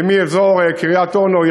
ומאזור קריית-אונו,